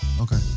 Okay